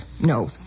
no